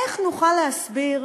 איך נוכל להסביר